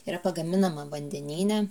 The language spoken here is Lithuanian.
yra pagaminama vandenyne